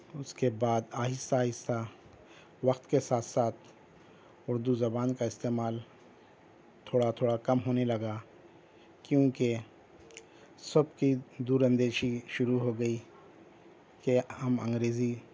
اس کے بعد آہستہ آہستہ وقت کے ساتھ ساتھ اردو زبان کا استعمال تھوڑا تھوڑا کم ہونے لگا کیونکہ سب کی دور اندیشی شروع ہو گئی کہ ہم انگریزی